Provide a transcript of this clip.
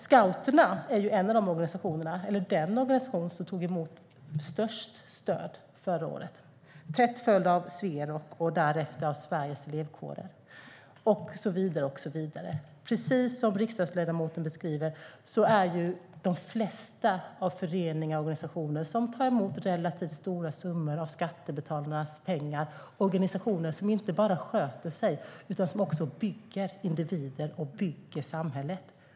Scouterna är den organisation som tog emot störst stöd förra året, tätt följd av Sverok och därefter av Sveriges Elevkårer och så vidare. Precis som riksdagsledamoten beskriver är de flesta föreningar och organisationer som tar emot relativt stora summor av skattebetalarnas pengar organisationer som inte bara sköter sig utan som också bygger individer och bygger samhället.